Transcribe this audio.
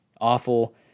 awful